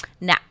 Now